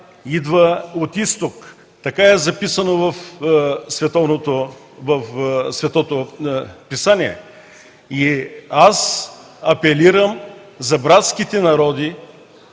идва от изток – така е записано в Светото писание. Аз апелирам за братските народи